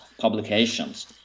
publications